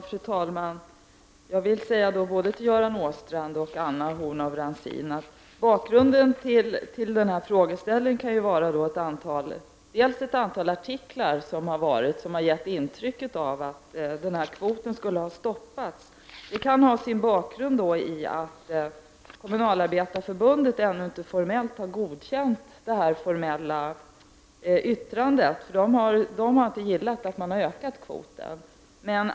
Fru talman! Jag vill säga både till Göran Åstrand och till Anna Horn af Rantzien att bakgrunden till denna frågeställning kan vara ett antal tidningsartiklar, som har gett intrycket av att kvoten skulle ha minskats. Det kan i sin tur ha sin bakgrund i att Kommunalarbetareförbundet ännu inte har godkänt det formella yttrandet. Förbundet har inte tyckt om att kvoten ökas.